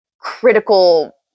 critical